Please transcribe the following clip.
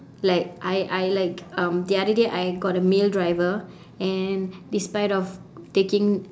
like I I like um the other day I got a male driver and despite of taking